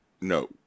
No